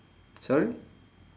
sorry